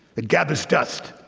it gathers dust.